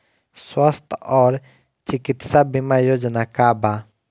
स्वस्थ और चिकित्सा बीमा योजना का बा?